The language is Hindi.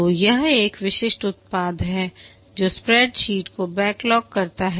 तो यह एक विशिष्ट उत्पाद है जो स्प्रेडशीट को बैकलॉग करता है